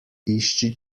išči